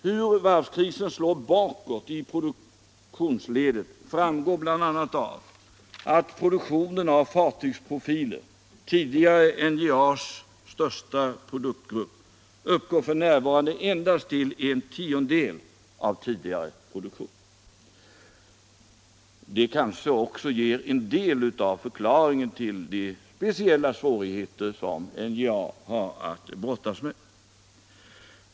Hur varvskrisen slår bakåt i produktionsledet framgår bl.a. av att produktionen av fartygsprofiler, tidigare NJA:s största produktgrupp, f. n. uppgår till endast en tiondel av tidigare produktion. Detta ger kanske också en del av förklaringen till de speciella svårigheter som NJA har att brottas med.